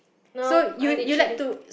now I need chilli